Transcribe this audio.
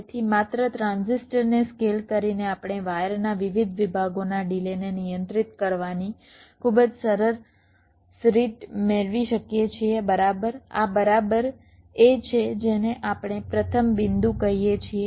તેથી માત્ર ટ્રાન્ઝિસ્ટરને સ્કેલ કરીને આપણે વાયરના વિવિધ વિભાગોના ડિલેને નિયંત્રિત કરવાની ખૂબ જ સરસ રીત મેળવી શકીએ છીએ બરાબર આ બરાબર એ છે જેને આપણે પ્રથમ બિંદુ કહીએ છીએ